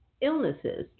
illnesses